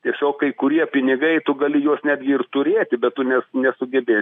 tiesiog kai kurie pinigai tu gali juos netgi ir turėti be tu ne nesugebėsi